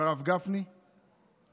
והרב גפני הגיש,